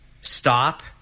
stop